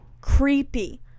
Creepy